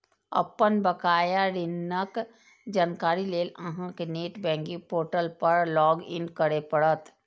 अपन बकाया ऋणक जानकारी लेल अहां कें नेट बैंकिंग पोर्टल पर लॉग इन करय पड़त